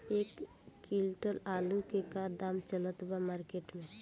एक क्विंटल आलू के का दाम चलत बा मार्केट मे?